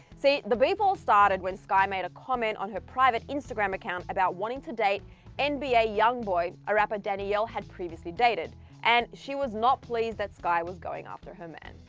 see, the beef all started when skai made a comment on her private instagram account about wanting to date and nba ah youngboy, a rapper danielle had previously dated and she was not pleased that skai was going after her man.